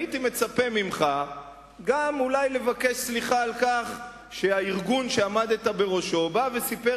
הייתי מצפה ממך גם אולי לבקש סליחה על כך שהארגון שעמדת בראשו בא וסיפר